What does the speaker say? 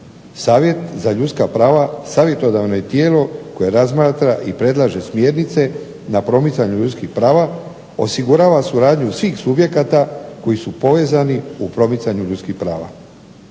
Savjet za ljudska prava savjetodavno je tijelo koje razmatra smjernice na promicanju ljudskih prava, osigurava suradnju svih subjekata koji su povezani u promicanju ljudskih prava.